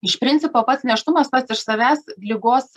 iš principo pats nėštumas pats iš savęs ligos